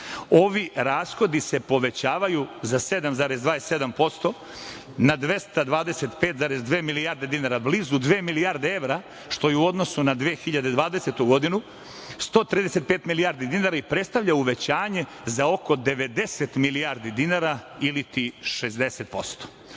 ovi rashodi se povećavaju za 7,27% na 225,2 dinara, blizu dve milijarde evra, što je u odnosu na 2020. godinu 135 milijardi dinara i predstavlja uvećanje za oko 90 milijardi dinara ili